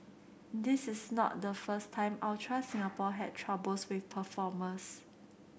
this is not the first time Ultra Singapore had troubles with performers